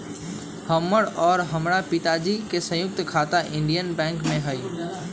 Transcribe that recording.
हमर और हमरा पिताजी के संयुक्त खाता इंडियन बैंक में हई